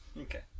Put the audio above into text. Okay